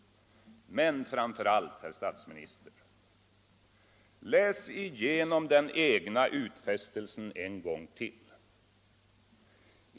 Men, framför allt, herr statsminister: Läs igenom den egna utfästelsen en gång till!